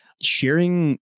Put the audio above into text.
sharing